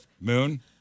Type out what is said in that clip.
Moon